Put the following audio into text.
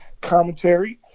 commentary